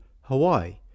Hawaii